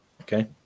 okay